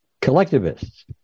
collectivists